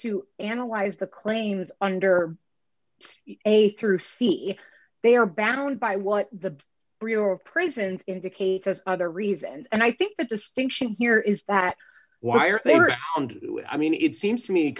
to analyze the claims under a through see if they are bound by what the real prisons indicate as other reasons and i think the distinction here is that wire i mean it seems to me